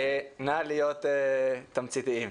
נא להיות תמציתיים.